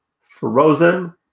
frozen